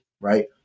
right